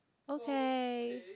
okay